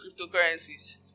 cryptocurrencies